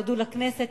יודו לכנסת,